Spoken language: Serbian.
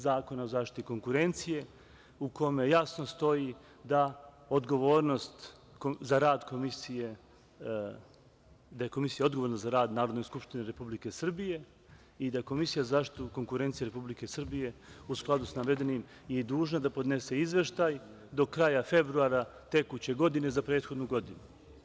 Zakona o zaštiti konkurencije, u kome jasno stoji da je Komisija odgovorna za rad Narodne skupštine Republike Srbije i da Komisija za zaštitu konkurencije Republike Srbije u skladu sa navedenim, je dužna da podnese izveštaj do kraja februara tekuće godine za prethodnu godinu.